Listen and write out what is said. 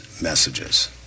messages